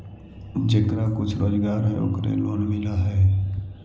जेकरा कुछ रोजगार है ओकरे लोन मिल है?